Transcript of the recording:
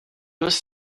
was